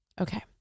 okay